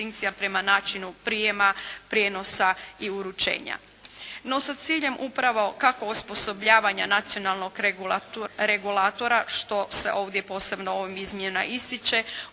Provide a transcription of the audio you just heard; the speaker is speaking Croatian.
prema načinu prijema, prijenosa i uručenja. No, sa ciljem upravo kako osposobljavanja nacionalnog regulatora što se ovdje posebno ovim izmjenama ističe